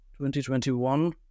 2021